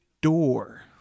Door